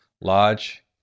large